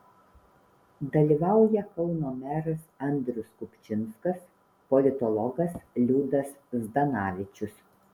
dalyvauja kauno meras andrius kupčinskas politologas liudas zdanavičius